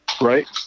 Right